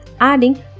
adding